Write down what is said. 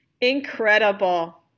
Incredible